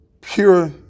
pure